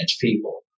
people